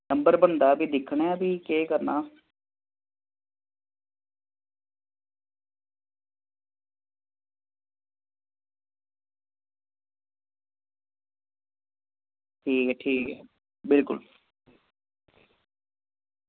number बनदा फ्ही दिक्खनें आं केह् कनां ऐ ठीक ऐ ठीक ऐ बिल्कुल